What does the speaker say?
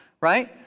right